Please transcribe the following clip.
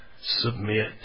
Submit